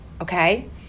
okay